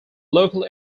local